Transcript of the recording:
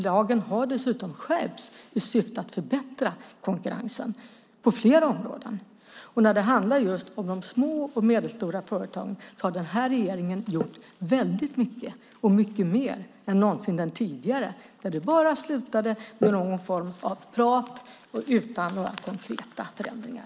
Lagen har dessutom skärpts i syfte att förbättra konkurrensen på flera områden. Och när det handlar om de små och medelstora företagen har den här regeringen gjort väldigt mycket, mycket mer än den tidigare. Där slutade det bara med någon form av prat utan några konkreta förändringar.